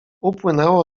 upłynęło